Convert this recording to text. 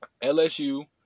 LSU